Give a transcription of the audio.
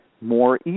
more